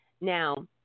now